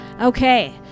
Okay